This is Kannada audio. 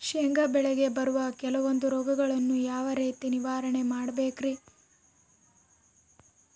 ಶೇಂಗಾ ಬೆಳೆಗೆ ಬರುವ ಕೆಲವೊಂದು ರೋಗಗಳನ್ನು ಯಾವ ರೇತಿ ನಿರ್ವಹಣೆ ಮಾಡಬೇಕ್ರಿ?